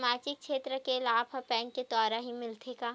सामाजिक क्षेत्र के लाभ हा बैंक के द्वारा ही मिलथे का?